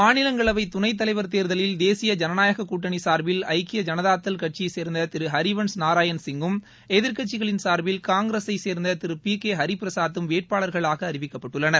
மாநிலங்களவை துணைத்தலைவர் தேர்தலில் தேசிய ஜனநாயக கூட்டணி சார்பில் ஐக்கிய ஜனதாதள் கட்சியைச்சேர்ந்த திரு ஹரிவன்ஸ் நாராயண்சிங்கும் எதிர்க்கட்சிகளின் சார்பில் காங்கிரசை சேர்ந்த திரு பி கே ஹரிபிரசாத்தும் வேட்பாளர்களாக அறிவிக்கப்பட்டுள்ளனர்